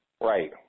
Right